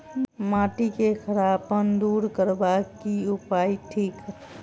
माटि केँ खड़ापन दूर करबाक की उपाय थिक?